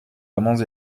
amants